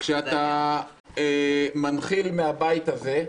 כשאתה מנחיל מהבית הזה,